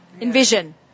envision